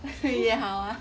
也好啊